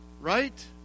right